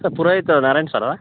sir ಪುರೋಹಿತರು Narayan sir